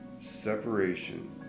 separation